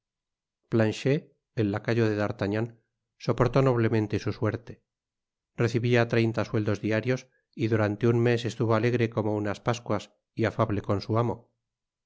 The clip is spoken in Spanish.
generated at planchet el lacayo de d'artagnan soportó nobtemente su suerte recibia treinta sueldos diarios y durante un mes estuvo alegre como unas pascuas y afable con su amo